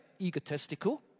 egotistical